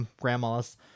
grandma's